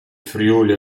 friuli